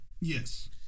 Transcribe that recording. Yes